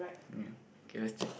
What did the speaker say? ya K let's check